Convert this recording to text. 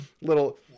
little